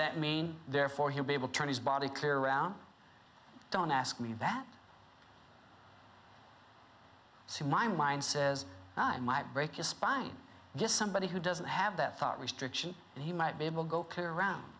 that mean therefore he'll be able to turn his body clear around don't ask me that see my mind says i might break his spine get somebody who doesn't have that thought restriction and he might be able go around